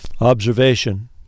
Observation